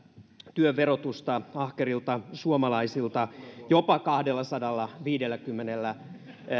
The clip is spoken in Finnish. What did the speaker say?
työn verotusta ahkerilta suomalaisilta jopa kahdellasadallaviidelläkymmenellä